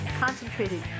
concentrated